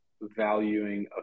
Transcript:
valuing